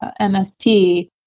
MST